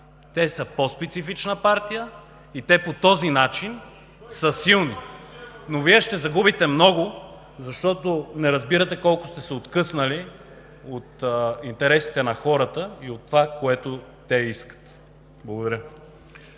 те са по-специфична партия и по този начин са силни, но Вие ще загубите много, защото не разбирате колко сте се откъснали от интересите на хората и от това, което те искат. Благодаря.